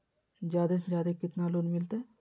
जादे से जादे कितना लोन मिलते?